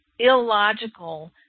illogical